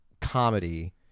comedy